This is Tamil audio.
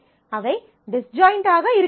அவை டிஸ்ஜாயின்ட் ஆக இருக்க வேண்டும்